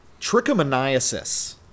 Trichomoniasis